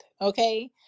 okay